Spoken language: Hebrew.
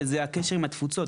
וזה הקשר עם התפוצות,